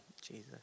Jesus